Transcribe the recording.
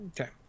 Okay